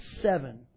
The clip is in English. seven